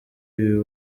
ibi